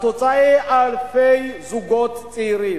התוצאה היא שאלפי זוגות צעירים,